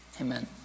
amen